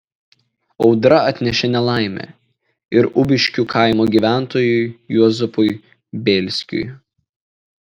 audra atnešė nelaimę ir ubiškių kaimo gyventojui juozapui bėlskiui